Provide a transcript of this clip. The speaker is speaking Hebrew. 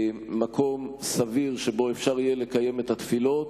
מקום סביר שבו אפשר יהיה לקיים את התפילות,